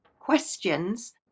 questions